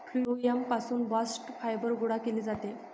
phloem पासून bast fibre गोळा केले जाते